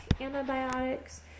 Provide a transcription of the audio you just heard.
antibiotics